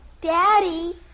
Daddy